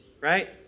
right